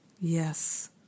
Yes